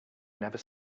never